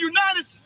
United